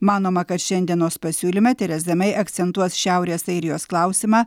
manoma kad šiandienos pasiūlyme tereza mei akcentuos šiaurės airijos klausimą